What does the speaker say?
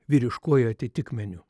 vyriškuoju atitikmeniu